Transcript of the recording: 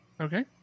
Okay